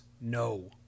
No